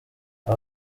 aba